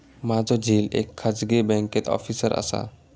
माझो झिल एका खाजगी बँकेत ऑफिसर असा